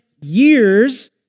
years